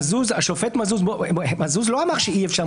מזוז לא אמר שאי-אפשר,